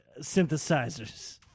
synthesizers